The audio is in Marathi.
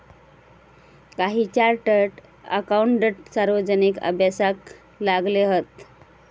काही चार्टड अकाउटंट सार्वजनिक अभ्यासाक लागले हत